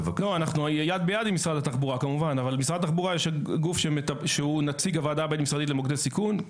במשרד התחבורה יש נציג הוועדה הבין-משרדית למוקדי סיכון.